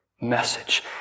message